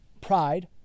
Pride